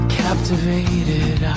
captivated